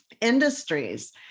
industries